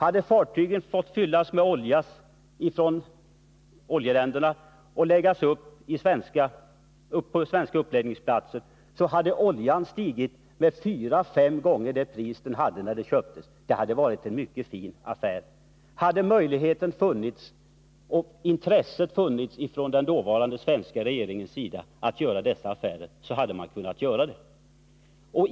Om fartygen hade fått lastas med olja i oljeländerna och sedan lagts upp på svenska uppläggningsplatser hade man gjort en mycket fin affär, eftersom oljepriset steg till fyra fem gånger inköpspriset. Hade intresse funnits hos den dåvarande svenska regeringen att göra dessa affärer hade man kunnat göra dem.